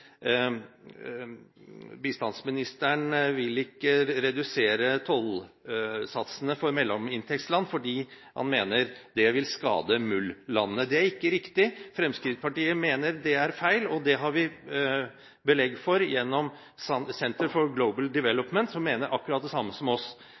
Bistandsministeren vil ikke redusere tollsatsene for mellominntektsland, fordi han mener det vil skade MUL-landene. Det er ikke riktig. Fremskrittspartiet mener det er feil. Det har vi belegg for gjennom Center for Global